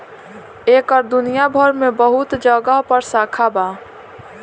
एकर दुनिया भर मे बहुत जगह पर शाखा बा